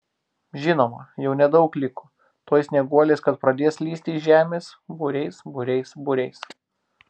žinoma jau nedaug liko tuoj snieguolės kad pradės lįsti iš žemės būriais būriais būriais